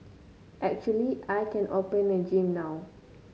actually I can open a gym now